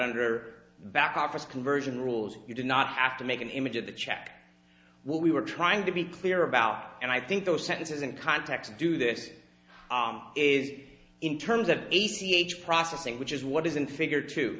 under back office conversion rules you do not have to make an image of the check what we were trying to be clear about and i think those sentences and context do this is in terms of a c h processing which is what is in figure t